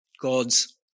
God's